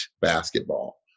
basketball